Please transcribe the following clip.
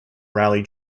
rally